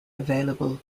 available